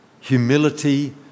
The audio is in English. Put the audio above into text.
humility